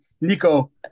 Nico